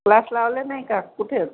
class लावला नाही का कुठे